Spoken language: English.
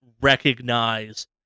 recognize